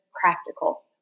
practical